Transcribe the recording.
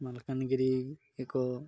ମାଲକାନଗିରି ଏକ